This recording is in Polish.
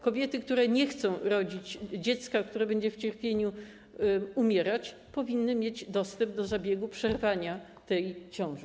Kobiety, które nie chcą rodzić dziecka, które będzie w cierpieniu umierać, powinny mieć dostęp do zabiegu przerwania tej ciąży.